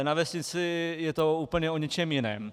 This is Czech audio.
Na vesnici je to úplně o něčem jiném.